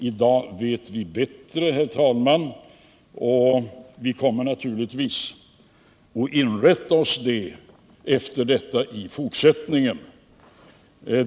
I dag vet vi bättre, herr talman, och vi kommer naturligtvis att inrätta oss efter detta i fortsättningen.